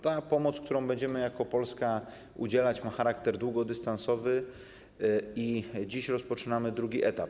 Ta pomoc, której będziemy jako Polska udzielać, ma charakter długodystansowy i dziś rozpoczynamy jej drugi etap.